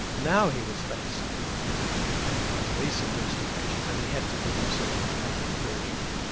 now he was faced with you know a police investigation, and he had to dig himself out of the perjury.